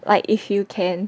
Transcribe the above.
like if you can